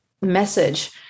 message